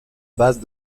base